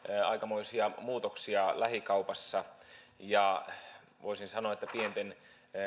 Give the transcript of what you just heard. aikamoisia muutoksia lähikaupassa voisi sanoa että pienten